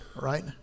right